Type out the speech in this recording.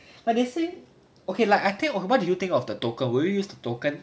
don't know leh but they say okay like I think of what do you think of the token will you use the token